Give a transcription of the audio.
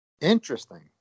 Interesting